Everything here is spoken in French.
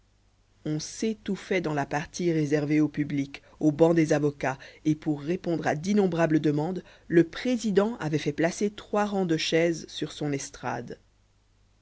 on s'étouffait dans la partie réservée au public au banc des avocats et pour répondre à d'innombrables demandes le président avait fait placer trois rangs de chaises sur son estrade